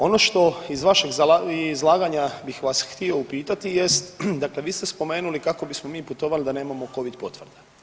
Ono što iz vašeg izlaganja bih vas htio upitati jest, dakle vi ste spomenuli, kako bismo mi putovali da nemamo Covid potvrda.